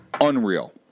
unreal